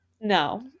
No